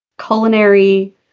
culinary